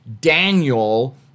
Daniel